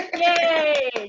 Yay